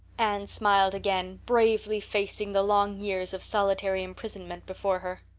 anne smiled again, bravely facing the long years of solitary imprisonment before her.